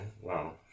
Wow